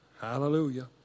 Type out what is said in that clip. Hallelujah